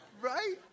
right